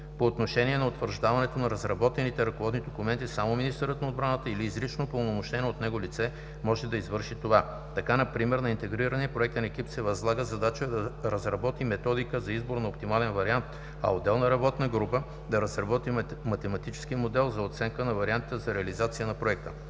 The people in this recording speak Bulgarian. По отношение на утвърждаването на разработените ръководни документи само министърът на отбраната или изрично упълномощено от него лице може да извършва това. Така например на Интегрирания проектен екип се възлага задача да разработи Методика за избор на оптимален вариант, а отделна Работна група да разработи Математически модел за оценка на вариантите за реализация на Проекта.